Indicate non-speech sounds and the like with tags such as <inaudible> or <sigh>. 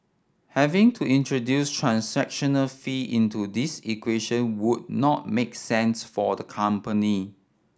having to introduce transaction <unintelligible> fee into this equation would not make sense for the company